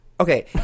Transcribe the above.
Okay